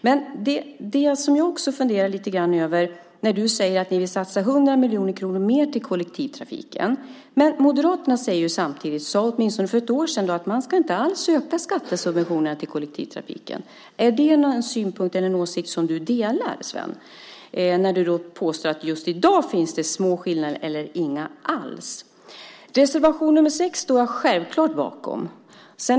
Men det som jag också funderar lite grann över när du säger att ni vill satsa 100 miljoner kronor mer på kollektivtrafiken är att Moderaterna samtidigt eller åtminstone för ett år sedan sade att man inte alls ska öka skattesubventionerna till kollektivtrafiken. Är det en åsikt som du delar, Sven, när du påstår att det just i dag finns små skillnader eller inga alls? Reservation nr 6 står jag självklart bakom.